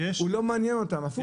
הוא לא מעניין אותם הפוך.